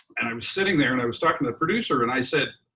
and i was sitting there and i was talking to the producer, and i said,